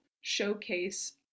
showcase